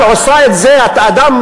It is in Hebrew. אזרח